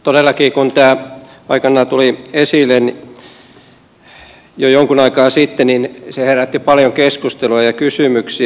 todellakin kun tämä aikanaan tuli esille jo jonkun aikaa sitten se herätti paljon keskustelua ja kysymyksiä